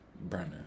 Brenner